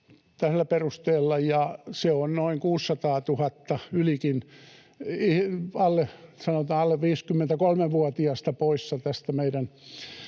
noin 600 000, ylikin, alle 53-vuotiasta poissa tästä meidän